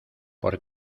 por